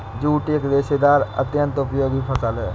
jute एक रेशेदार अत्यन्त उपयोगी फसल है